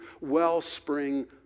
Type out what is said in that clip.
wellspring